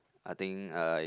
I think uh it